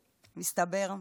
מסתבר.